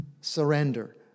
surrender